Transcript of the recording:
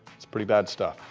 it's pretty bad stuff.